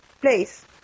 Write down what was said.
place